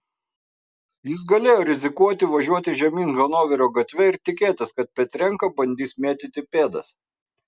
jis galėjo rizikuoti važiuoti žemyn hanoverio gatve ir tikėtis kad petrenka bandys mėtyti pėdas